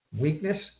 Weakness